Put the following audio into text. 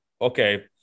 okay